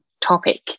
topic